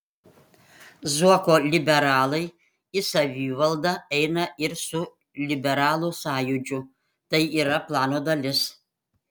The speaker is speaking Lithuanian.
zuoko liberalai į savivaldą eina ir su liberalų sąjūdžiu tai yra plano dalis